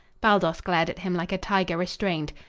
baldos glared at him like a tiger restrained.